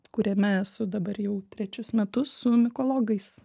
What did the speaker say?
kuriame esu dabar jau trečius metus su mikologais